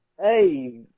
hey